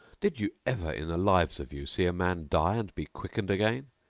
did you ever in the lives of you see a man die and be quickened again?